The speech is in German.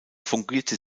fungierte